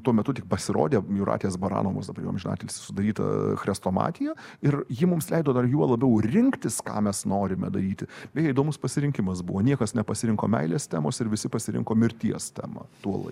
tuo metu tik pasirodė jūratės baranovos dabar jau amžiną atilsį sudaryta chrestomatija ir ji mums leido dar juo labiau rinktis ką mes norime daryti beje įdomus pasirinkimas buvo niekas nepasirinko meilės temos ir visi pasirinko mirties temą tuo lai